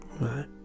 Right